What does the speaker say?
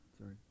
Sorry